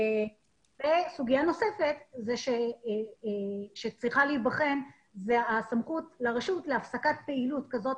סוגיה נוספת שצריכה להיבחן היא הסמכות לרשות להפסקת פעילות כזאת